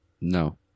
No